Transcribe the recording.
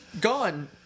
gone